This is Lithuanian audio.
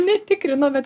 netikrinau bet